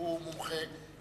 שהוא מומחה,